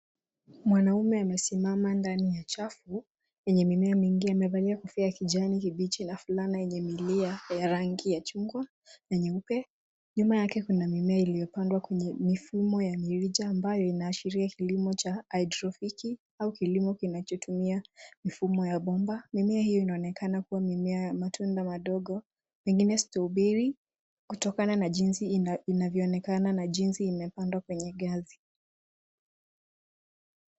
Mwanaume amesimama ndani ya chafu yenye mimea mingi, amevalia kofia ya kijani kibichi na fulana yenye milia ya rangi ya chungwa na nyeupe, nyuma yake kuna mimea iliyopandwa kwenye mifumo ya mirija ambayo inaashiria kilimo cha hydroponiki au kilimo kinachotumia mifumo ya bomba. Mimea hio inaonekana kuwa mimea ya matunda madogo pengine strawberry kutokana na jinsi inavyoonekana na jinsi imepandwa kwenye ngazi.